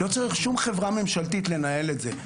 לא צריך שום חברה ממשלתית לנהל את זה.